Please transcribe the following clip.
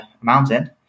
mountain